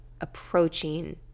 approaching